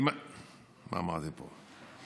מה אמרתי פה?